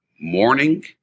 morning